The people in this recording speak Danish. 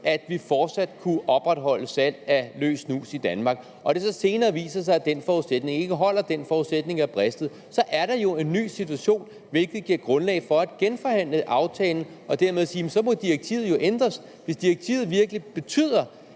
at vi fortsat kan opretholde salg af løs snus i Danmark, og det så senere viser sig, at den forudsætning ikke holder, den forudsætning er bristet, så er der jo en ny situation, hvilket giver grundlag for at genforhandle aftalen og dermed sige, at direktivet så må ændres. Hvis direktivet virkelig betyder,